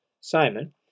Simon